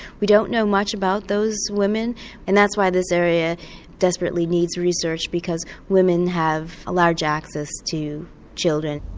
we don't know much about those women and that's why this area desperately needs research, because women have a large access to children.